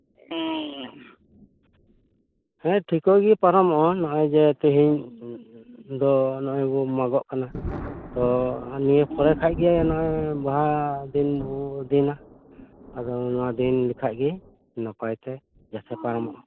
ᱦᱮᱸ ᱴᱷᱤᱠᱚ ᱜᱮ ᱯᱟᱨᱚᱢᱚᱜᱼᱟ ᱱᱚᱜᱼᱚᱭ ᱡᱮ ᱛᱤᱦᱤᱧ ᱫᱚ ᱱᱚᱜᱼᱚᱭ ᱵᱚ ᱢᱟᱜᱚᱜ ᱠᱟᱱᱟ ᱛᱚ ᱱᱤᱭᱟᱹ ᱯᱚᱨᱮ ᱠᱷᱟᱱᱜᱮ ᱱᱚᱜᱼᱚᱭ ᱵᱟᱦᱟ ᱫᱤᱱ ᱵᱚ ᱫᱤᱱᱟ ᱟᱫᱚ ᱚᱱᱟ ᱫᱤᱱ ᱞᱮᱠᱷᱟᱱ ᱜᱮ ᱱᱟᱯᱟᱭᱛᱮ ᱡᱟᱛᱮ ᱯᱟᱨᱚᱢᱚᱜᱼᱟ